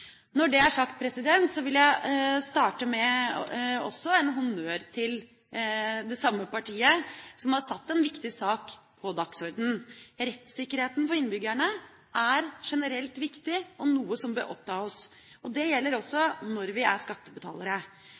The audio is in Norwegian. Når det er sagt, vil jeg starte med å gi honnør til det samme partiet, som har satt en viktig sak på dagsordenen. Rettssikkerheten for innbyggerne er generelt viktig og noe som bør oppta oss. Det gjelder også når vi er skattebetalere.